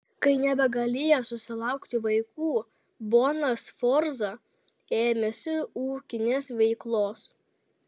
kai nebegalėjo susilaukti vaikų bona sforza ėmėsi ūkinės veiklos